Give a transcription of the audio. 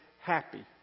happy